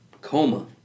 Coma